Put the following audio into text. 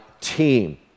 team